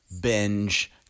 binge